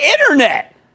Internet